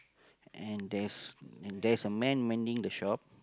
and there's and there's a man manning the shop